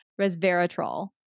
resveratrol